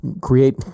create